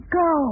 go